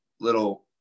little